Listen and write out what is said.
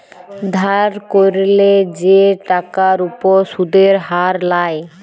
ধার ক্যইরলে যে টাকার উপর সুদের হার লায়